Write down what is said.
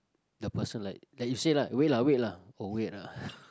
the person like like you say lah wait lah wait lah oh wait ah